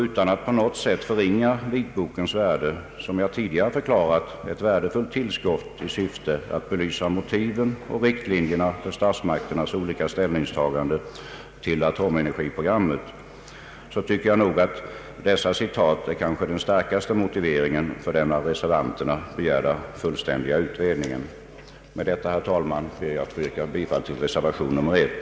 Utan att jag på något sätt vill förringa vitbokens värde, som jag tidigare förklarat är ett värdefullt tillskott i syfte att belysa motiven och riktlinjerna för statsmakternas olika ställningstaganden till atomenergiprogrammet, tycker jag nog att de upplästa citaten är kanske den starkaste motiveringen för den av reservanterna begärda fullständiga utredningen. Med detta, herr talman, ber jag att få yrka bifall till reservation nr 1.